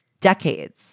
decades